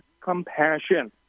compassion